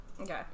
Okay